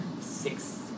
six